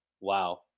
Wow